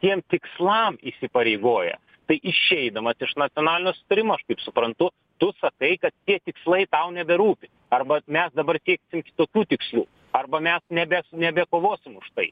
tiem tikslam įsipareigoja tai išeidamas iš nacionalinio susitarimo aš kaip suprantu tu sakai kad tie tikslai tau neberūpi arba mes dabar sieksim kitokių tikslių arba mes nebe nebekovosim už tai